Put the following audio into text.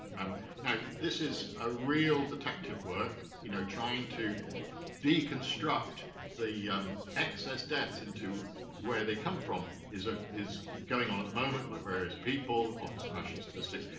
um this is a real detective work, you know. trying to deconstruct the um excess deaths into where they come from is ah is going on at the moment by various people, office for national statistics,